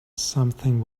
something